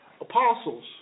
apostles